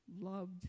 loved